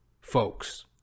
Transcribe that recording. folks